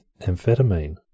amphetamine